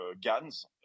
GANs